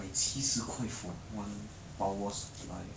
honestly it's not that big lah the difference